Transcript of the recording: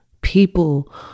People